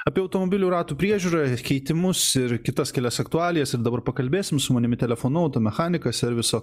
apie automobilių ratų priežiūrą keitimus ir kitas kelias aktualijas ir dabar pakalbėsim su manimi telefonu automechanikas serviso